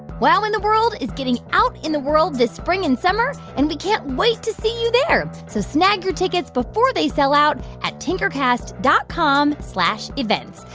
wow in the world is getting out in the world this spring and summer, and we can't wait to see you there. so snag your tickets before they sell out at tinkercast dot com slash events.